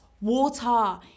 water